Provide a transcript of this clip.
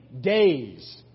days